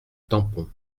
tampon